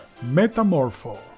Metamorpho